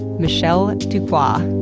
michelle and dookwah.